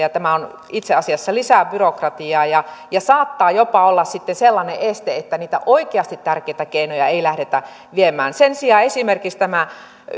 tämä itse asiassa lisää byrokratiaa ja ja saattaa jopa olla sellainen este että niitä oikeasti tärkeitä keinoja ei lähdetä viemään sen sijaan esimerkiksi